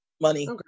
Money